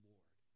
Lord